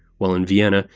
while in vienna,